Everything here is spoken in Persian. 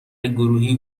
گروهی